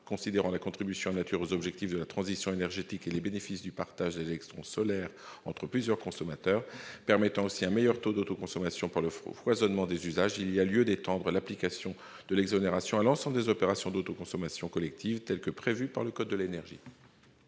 Considérant la contribution en nature aux objectifs de transition énergétique et les bénéfices du partage des électrons solaires entre plusieurs consommateurs, permettant ainsi un meilleur taux d'autoconsommation par le foisonnement des usages, il y a lieu d'étendre l'application de l'exonération à l'ensemble des opérations d'autoconsommation collective telles que prévues par le code de l'énergie.